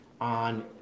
on